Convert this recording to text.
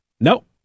Nope